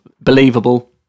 believable